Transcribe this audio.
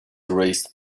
erased